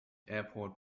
airport